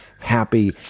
happy